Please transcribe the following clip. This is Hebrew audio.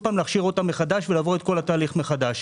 ולהכשיר אותם ולעבור את כל התהליך מחדש.